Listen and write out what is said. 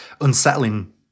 unsettling